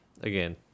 again